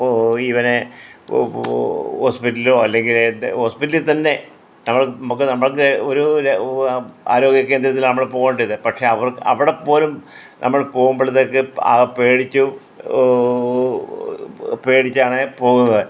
പോയി ഇവരെ ഹോ ഹോസ്പിറ്റലിലോ അല്ലെങ്കിൽ ഏതെങ്കിലും ഹോസ്പിറ്റലിൽ തന്നെ നമ്മൾ നമ്മൾ നമുക്ക് ഒരു ഓ ആരോഗ്യ കേന്ദ്രത്തിലാണ് നമ്മൾ പോകേണ്ടത് പക്ഷേ അവിടെ പോലും നമ്മൾ പോകുമ്പളത്തേക്ക് ആ പേടിച്ച് ഓ ഓ പേടിച്ചാണ് പോകുന്നത്